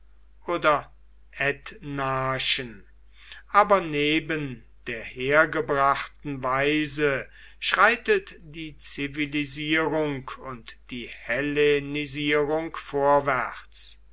oder ethnarchen aber neben der hergebrachten weise schreitet die zivilisierung und die hellenisierung vorwärts